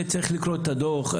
צריך לקרוא את הדוח.